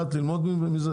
למה הם צריכים לפשוט את הרגל?